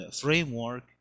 framework